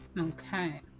Okay